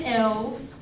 elves